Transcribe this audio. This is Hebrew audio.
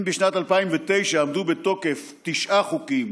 אם בשנת 2009 היו בתוקף תשעה חוקים